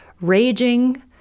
raging